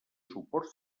suport